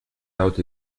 out